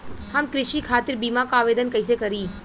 हम कृषि खातिर बीमा क आवेदन कइसे करि?